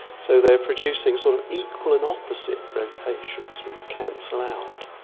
so they are producing sort of equal and opposite rotations which cancel out.